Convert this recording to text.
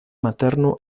materno